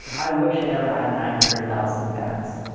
i wish i never had nine hundred thousand fans.